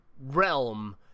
realm